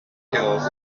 kills